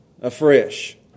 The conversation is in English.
afresh